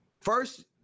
first